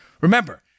Remember